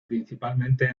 principalmente